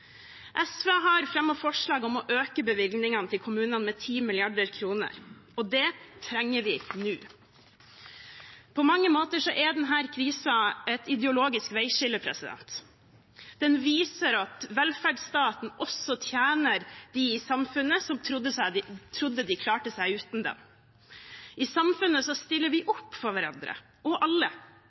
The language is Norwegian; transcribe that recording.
SV har fremmet forslag om å øke bevilgningene til kommunene med 10 mrd. kr, og det trenger vi nå. På mange måter er denne krisen et ideologisk veiskille. Den viser at velferdsstaten også tjener dem i samfunnet som trodde de klarte seg uten den. I samfunnet stiller vi opp for hverandre og for alle